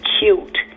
cute